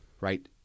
right